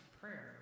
prayer